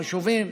חשובים,